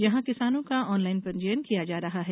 यहां किसानों का ऑनलाइन पंजीयन किया जा रहा है